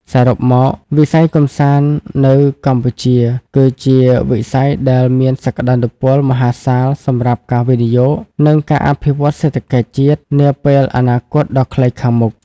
សរុបមក វិស័យកម្សាន្តនៅកម្ពុជាគឺជាវិស័យដែលមានសក្តានុពលមហាសាលសម្រាប់ការវិនិយោគ និងការអភិវឌ្ឍន៍សេដ្ឋកិច្ចជាតិនាពេលអនាគតដ៏ខ្លីខាងមុខ។